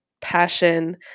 passion